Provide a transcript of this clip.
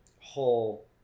whole